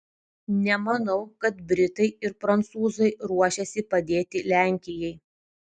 nemanau kad britai ir prancūzai ruošiasi padėti lenkijai